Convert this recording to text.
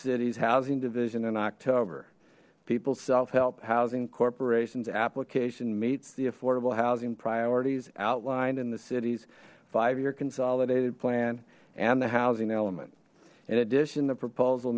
city's housing division in october people's self help housing corporations application meets the affordable housing priorities outlined in the city's five year consolidated plan and the housing element in addition the proposal